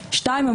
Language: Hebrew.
שתיים,